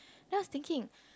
then I was thinking